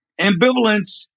ambivalence